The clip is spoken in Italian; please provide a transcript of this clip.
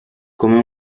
come